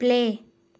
play